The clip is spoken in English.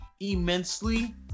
immensely